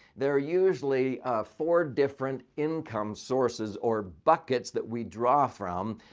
there usually four different income sources or buckets that we draw from.